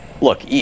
Look